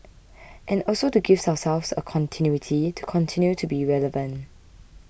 and also to give ourselves a continuity to continue to be relevant